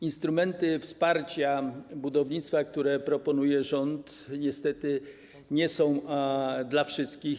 Instrumenty wsparcia budownictwa, które proponuje rząd, niestety nie są dla wszystkich.